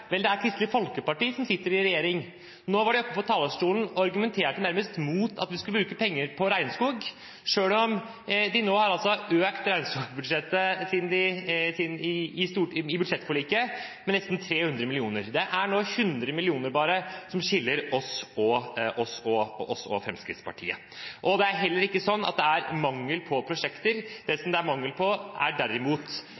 Vel, det er Fremskrittspartiet som sitter i regjering. Nå var de oppe på talerstolen og nærmest argumenterte mot at vi skulle bruke penger på regnskogsatsing, selv om de nå har økt regnskogbudsjettet i budsjettforliket med nesten 300 mill. kr. Det er nå bare 100 mill. kr som skiller oss og Fremskrittspartiet. Det er heller ikke sånn at det er mangel på prosjekter. Det